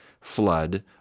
flood